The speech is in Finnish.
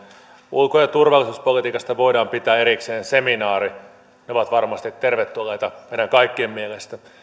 ulko ja turvallisuuspolitiikasta voidaan pitää erikseen seminaareja ne ovat varmasti tervetulleita meidän kaikkien mielestä